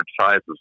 sizes